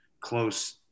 close